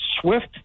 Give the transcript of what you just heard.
Swift